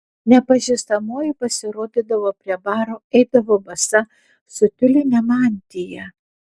nepažįstamoji pasirodydavo prie baro eidavo basa su tiuline mantija